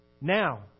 now